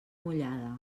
mullada